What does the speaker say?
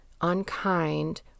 unkind